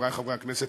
חברי חברי הכנסת,